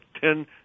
ten